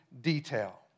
detail